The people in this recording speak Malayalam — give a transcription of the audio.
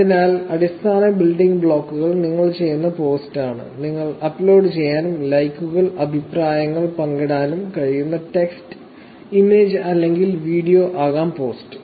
അതിനാൽ അടിസ്ഥാന ബിൽഡിംഗ് ബ്ലോക്കുകൾ നിങ്ങൾ ചെയ്യുന്ന പോസ്റ്റാണ് നിങ്ങൾക്ക് അപ്ലോഡുചെയ്യാനും ലൈക്കുകൾ അഭിപ്രായങ്ങൾ പങ്കിടാനും കഴിയുന്ന ടെക്സ്റ്റ് ഇമേജ് അല്ലെങ്കിൽ വീഡിയോ ആകാം പോസ്റ്റ്